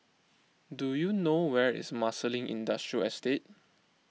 do you know where is Marsiling Industrial Estate